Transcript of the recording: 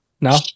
No